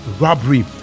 robbery